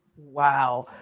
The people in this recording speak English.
Wow